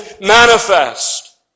manifest